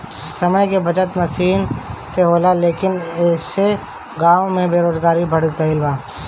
समय के बचत मसीन से होला लेकिन ऐसे गाँव में बेरोजगारी बढ़ गइल बा